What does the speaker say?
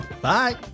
Bye